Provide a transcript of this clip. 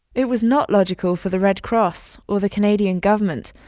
it was not logical for the red cross or the canadian government,